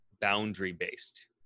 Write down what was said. boundary-based